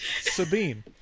Sabine